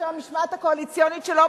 בשם המשמעת הקואליציונית שלו,